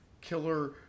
killer